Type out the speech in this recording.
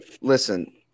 listen